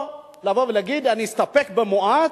או לבוא ולהגיד: אסתפק במועט,